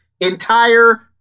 entire